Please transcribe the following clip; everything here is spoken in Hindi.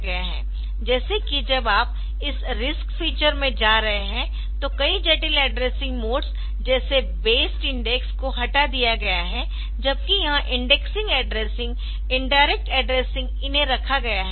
जैसे कि जब आप इस RISC फीचर में जा रहे है तो कई जटिल एड्रेसिंग मोड्स जैसे बेस्ड इंडेक्स को हटा दिया गया है जबकि यह इंडेक्सिंग एड्रेसिंग इनडायरेक्ट एड्रेसिंग इन्हें रखा गया है